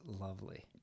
lovely